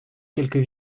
quelques